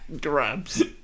Grabs